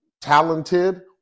talented